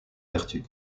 vertus